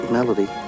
Melody